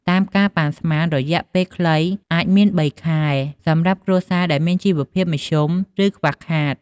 តាមការប៉ានស្មាន រយៈពេលខ្លីអាចមាន ៣ ខែ សម្រាប់គ្រួសារដែលមានជីវភាពមធ្យម ឬខ្វះខាត។